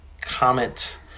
comment